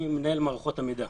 אני מנהל מערכות המידע.